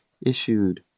issued